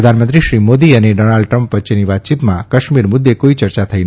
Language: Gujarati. પ્રધાનમંત્રીશ્રી મોદી અને ડોનલ્ડ ટ્રમ્પ વચ્ચેની વાતચીતમાં કાશ્મીર મુદ્દે કોઇ ચર્ચા થઇ નથી